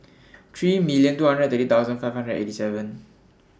three million two hundred thirty thousand five hundred eighty seven